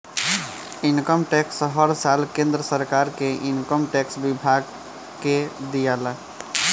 income tax हर साल केंद्र सरकार के इनकम टैक्स विभाग के दियाला